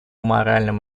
моральным